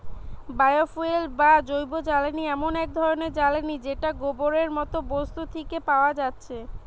bio fuel বা জৈবজ্বালানি এমন এক ধরণের জ্বালানী যেটা গোবরের মতো বস্তু থিকে পায়া যাচ্ছে